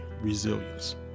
resilience